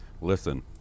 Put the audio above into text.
Listen